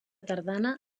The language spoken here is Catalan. tardana